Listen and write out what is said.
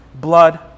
blood